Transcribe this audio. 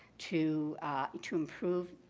to to improve